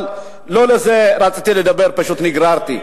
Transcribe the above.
אבל לא על זה רציתי לדבר, פשוט נגררתי.